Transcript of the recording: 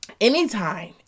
anytime